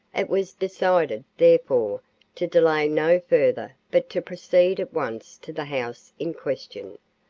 it was decided, therefore, to delay no further but to proceed at once to the house in question,